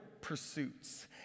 pursuits